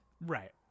Right